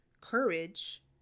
courage